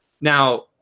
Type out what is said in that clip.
Now